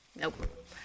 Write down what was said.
Nope